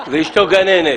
ואשתו גננת.